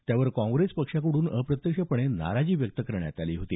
त्यावर काँग्रेस पक्षाकडून अप्रत्यक्षपणे नाराजी व्यक्त करण्यात आली होती